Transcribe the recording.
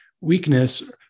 weakness